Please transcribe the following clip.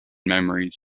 memories